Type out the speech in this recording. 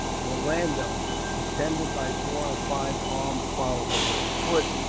or landowner, attended by four or five armed followers on foot,